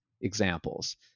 examples